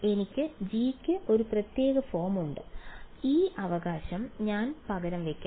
എനിക്ക് G യ്ക്ക് ഒരു പ്രത്യേക ഫോം ഉണ്ട് ആ അവകാശം ഞാൻ പകരം വയ്ക്കാം